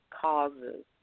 causes